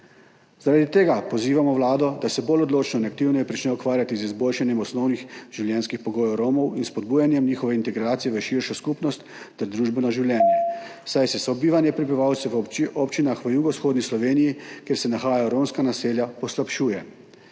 Vlado, da se bolj odločno in aktivneje začne ukvarjati z izboljšanjem osnovnih življenjskih pogojev Romov in spodbujanjem njihove integracije v širšo skupnost ter družbeno življenje, saj se sobivanje prebivalcev v občinah v jugovzhodni Sloveniji, kjer se nahajajo romska naselja, poslabšuje.